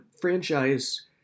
franchise